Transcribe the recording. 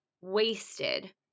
wasted